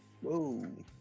Whoa